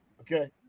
okay